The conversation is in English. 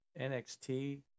NXT